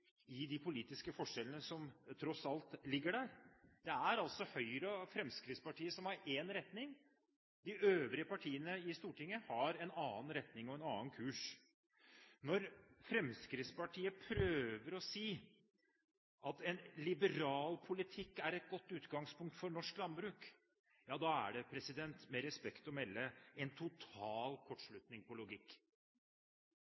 i de politiske forskjellene som tross alt ligger der. Det er Høyre og Fremskrittspartiet som har én retning – de øvrige partiene i Stortinget har en annen retning og en annen kurs. Når Fremskrittspartiet prøver å si at en liberal politikk er et godt utgangspunkt for norsk landbruk, ja, da er det med respekt å melde en